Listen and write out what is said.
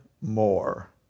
more